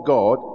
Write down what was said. God